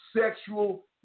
sexual